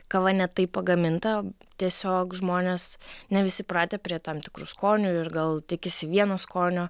kava ne taip pagaminta tiesiog žmonės ne visi pratę prie tam tikrų skonių ir gal tikisi vieno skonio